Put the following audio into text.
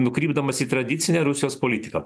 nukrypdamas į tradicinę rusijos politiką